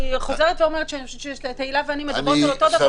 אני חוזרת ואומרת שאני חושבת שתהלה ואני מדברות על אותו דבר